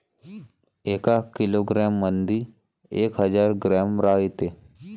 एका किलोग्रॅम मंधी एक हजार ग्रॅम रायते